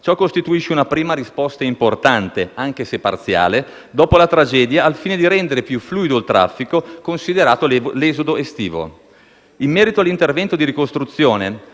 Ciò costituisce una prima risposta importante, anche se parziale, dopo la tragedia, al fine di rendere più fluido il traffico, considerato l'esodo estivo. In merito all'intervento di ricostruzione,